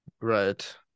Right